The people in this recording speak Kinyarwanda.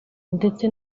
ndetse